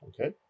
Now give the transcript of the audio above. Okay